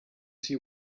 see